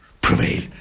prevail